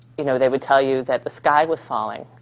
you know, they would tell you that the sky was falling.